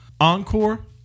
Encore